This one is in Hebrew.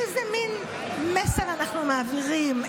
איזה מין מסר אנחנו מעבירים?